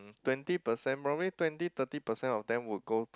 twenty percent probably twenty thirty percent of them would go to